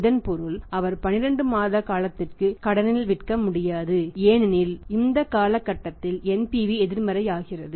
இதன் பொருள் அவர் 12 மாத காலத்திற்கு கடனில் விற்க முடியாது ஏனெனில் இந்த காலகட்டத்தில் NPV எதிர்மறையாகிறது